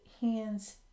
hands